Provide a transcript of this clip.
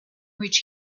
which